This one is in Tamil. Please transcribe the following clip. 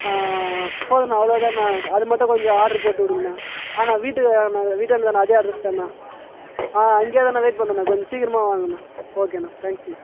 போதுண்ணா அவ்வளோதாண்ணா அது மட்டும் கொஞ்சம் ஆட்ரு போட்டுவிடுங்கண்ணா ஆ நான் வீட்டு நான் வீட்டாண்ட தாண்ணா அதே அட்ரஸ் தாண்ணா ஆ இங்கே தான் வெயிட் பண்ணுறேண்ணா கொஞ்சம் சீக்கிரமாக வாங்கண்ணா ஓகேண்ணா தேங்க்ஸ்ண்ணா